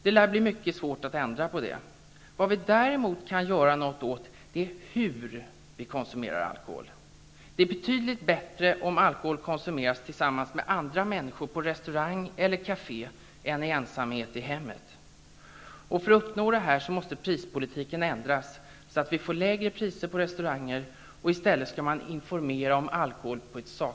Det lär blir mycket svårt att ändra på detta faktum. Vad vi däremot kan göra något åt är på vilket sätt vi konsumerar alkohol. Det är betydligt bättre att alkohol konsumeras tillsammans med andra människor på restaurang eller på kafé, än i ensamhet i hemmet. För att uppnå detta förhållningssätt måste alkoholpolitiken ändras, så att vi får lägre priser på restauranger och saklig information om alkohol.